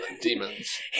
demons